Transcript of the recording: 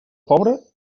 pobre